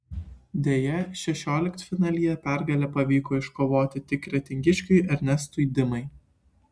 deja šešioliktfinalyje pergalę pavyko iškovoti tik kretingiškiui ernestui dimai